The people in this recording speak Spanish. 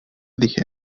dije